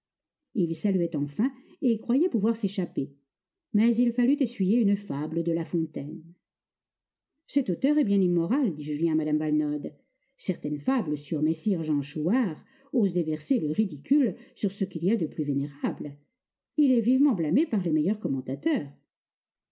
il saluait enfin et croyait pouvoir s'échapper mais il fallut essuyer une fable de la fontaine cet auteur est bien immoral dit julien à mme valenod certaine fable sur messire jean chouart ose déverser le ridicule sur ce qu'il y a de plus vénérable il est vivement blâmé par les meilleurs commentateurs